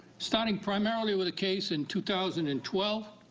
starting primarily with the case in two thousand and twelve,